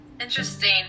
Interesting